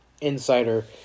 Insider